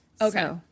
Okay